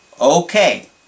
Okay